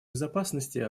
безопасности